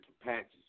patches